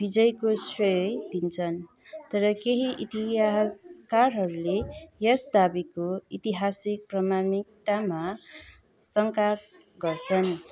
विजयको श्रेय दिन्छन् तर केही इतिहासकारहरूले यस दावीको ऐतिहासिक प्रमाणिकतामा शङ्का गर्छन्